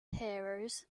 heroes